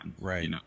Right